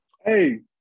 Hey